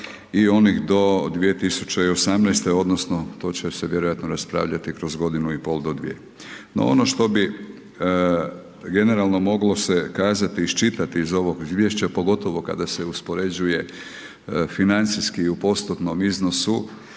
i onih do 2018. odnosno to će se vjerojatno raspravljati kroz godinu i pol do dvije. No ono što bi generalno moglo se kazati iščitati iz ovoga izvješća pogotovo kada se uspoređuje financijski u postotnom iznosu